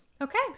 Okay